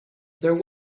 there